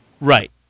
Right